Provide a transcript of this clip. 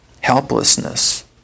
helplessness